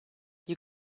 you